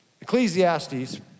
Ecclesiastes